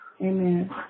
Amen